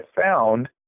found